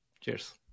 Cheers